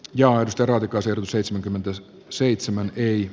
johan storan nykyisin seitsemänkymmentä s seitsemän neljä